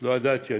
לא ידעתי,